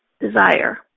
desire